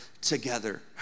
together